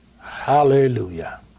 Hallelujah